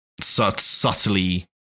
subtly